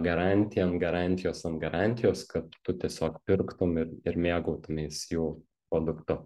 garantiją ant garantijos ant garantijos kad tu tiesiog pirktum ir ir mėgautumeis jų produktu